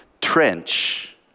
Trench